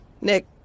nick